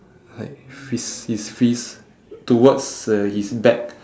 like fist his fist towards uh his back